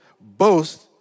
boast